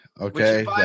okay